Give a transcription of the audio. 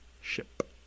Ship